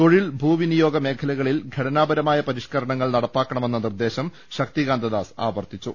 തൊഴിൽ ഭൂവിനിയോഗ മേഖലകളിൽ ഘടനാപരമായ പരിഷ്കരണങ്ങൾ നടപ്പാക്ക ണമെന്ന നിർദ്ദേശം ശക്തികാന്തദാസ് ആവർത്തിച്ചു